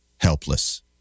helpless